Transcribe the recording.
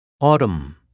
Autumn